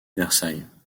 versailles